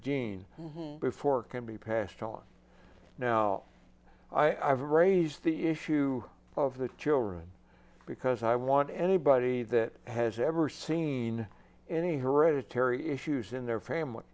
gene before can be passed on now i've raised the issue of the children because i want anybody that has ever seen any hereditary issues in their family